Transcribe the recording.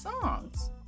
songs